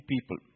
people